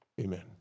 Amen